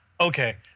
okay